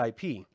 IP